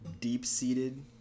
deep-seated